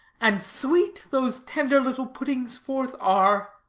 and sweet those tender little puttings-forth are.